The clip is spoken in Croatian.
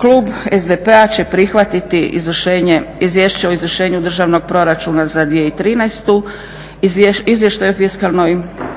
Klub SDP-a će prihvatiti Izvješće o izvršenju Državnog proračuna za 2013., Izvještaj o fiskalnom pravilu i